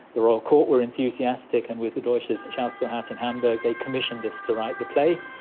the royal court were enthusiastic, and with the deutsches schauspielhaus in hamburg they commissioned us to write the play,